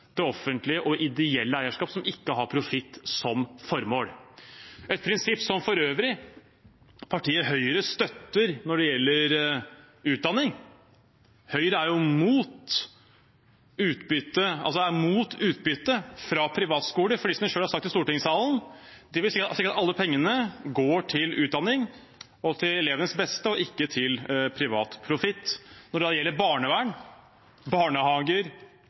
det offentlige og ideelle eierskapet, som ikke har profitt som formål. Det er et prinsipp som for øvrig partiet Høyre støtter når det gjelder utdanning. Høyre er jo mot utbytte fra privatskoler – som de selv har sagt i stortingssalen – slik at alle pengene går til utdanning og til elevenes beste og ikke til privat profitt. Når det gjelder barnevern, barnehager